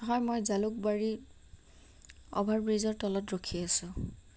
হয় মই জালুকবাৰীৰ অভাৰব্ৰীজৰ তলত ৰখি আছো